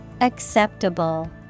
Acceptable